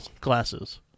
glasses